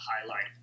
highlight